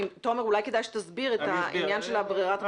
תומר, אולי כדאי שתסביר את העניין של ברירת המחדל.